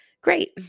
Great